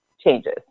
changes